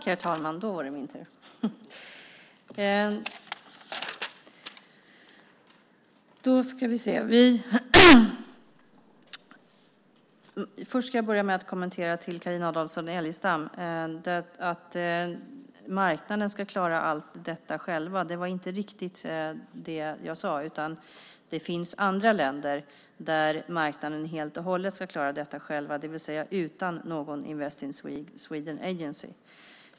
Herr talman! Först ska jag börja med att kommentera Carina Adolfsson Elgestam och att marknaden ska klara allt detta själv. Det var inte riktigt det jag sade. Det finns andra länder där marknaden helt och hållet ska klara detta själv, det vill säga utan någon Invest in Sweden Agency.